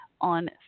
on